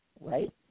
Right